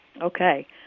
Okay